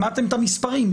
שמעתם את המספרים.